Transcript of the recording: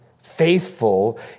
faithful